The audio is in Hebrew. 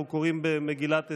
אנחנו קוראים במגילת אסתר,